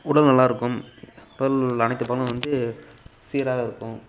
உடல் நல்லா இருக்கும் உடல் அனைத்துப் பாகம் வந்து சீராக இருக்கும்